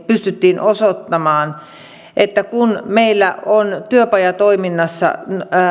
pystyttiin osoittamaan että kun meillä on työpajatoiminnassa